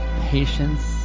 patience